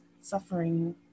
suffering